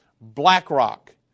BlackRock